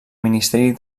ministeri